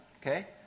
okay